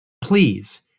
please